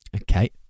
Okay